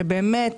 שבאמת